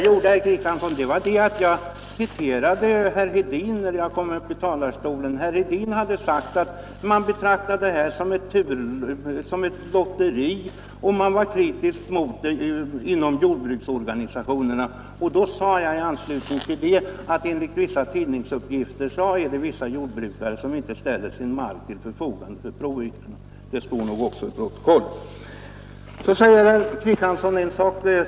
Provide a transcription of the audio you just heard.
Jag citerade herr Hedin, som hade sagt att man betraktar skördeskadeskyddet som ett lotteri och att medlemmar av jordbruksorganisationerna är kritiska mot systemet. I anslutning till det sade jag att enligt tidningsuppgifter vissa jordbrukare har vägrat att ställa sina marker till förfogande för provytor. Det kommer nog också att framgå av protokollet att jag sade så.